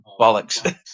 bollocks